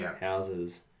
houses